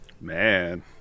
Man